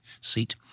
seat